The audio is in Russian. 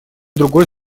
другой